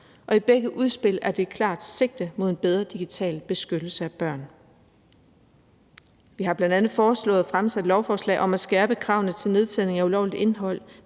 Og i begge udspil er der et klart sigte mod en bedre digital beskyttelse af børn. Vi har bl.a. foreslået at fremsætte lovforslag om at skærpe kravene til nedtagning af ulovligt indhold,